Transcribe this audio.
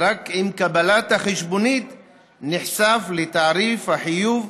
ורק עם קבלת החשבונית הוא נחשף לתעריף החיוב,